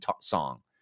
song